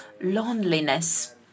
loneliness